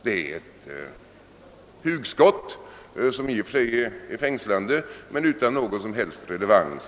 Det är ett hugskott som i och för sig är fängslande men utan någon som helst relevans.